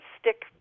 stick